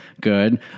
Good